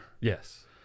Yes